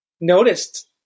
noticed